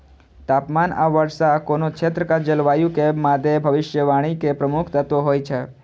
तापमान आ वर्षा कोनो क्षेत्रक जलवायु के मादे भविष्यवाणी के प्रमुख तत्व होइ छै